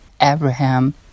Abraham